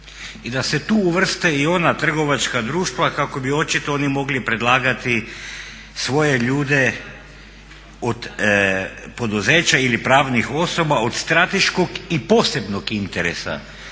i da se tu uvrste i ona trgovačka društva kako bi očito oni mogli predlagati svoje ljude, poduzeća ili pravnih osoba od strateškog i posebnog interesa.